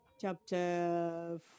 chapter